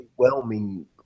overwhelming